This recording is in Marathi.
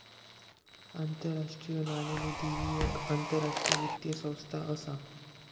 आंतरराष्ट्रीय नाणेनिधी ही येक आंतरराष्ट्रीय वित्तीय संस्था असा